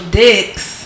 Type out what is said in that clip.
dicks